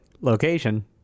Location